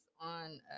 on